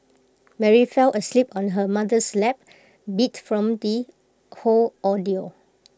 Mary fell asleep on her mother's lap beat from the whole ordeal